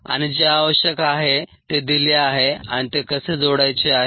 आणि जे आवश्यक आहे ते दिले आहे आणि ते कसे जोडायचे आहे